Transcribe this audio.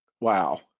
wow